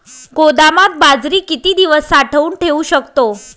गोदामात बाजरी किती दिवस साठवून ठेवू शकतो?